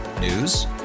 News